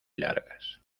largas